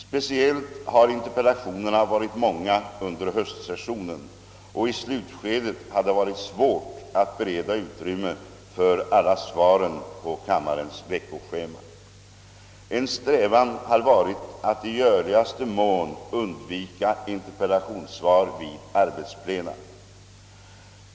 Speciellt har interpellationerna varit många under höstsessionen, och i slutskedet har det varit svårt att bereda utrymme för alla svar på kammarens veckoschema. En strävan har varit att i görligaste mån undvika interpellationssvar vid arbetsplena.